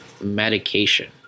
medication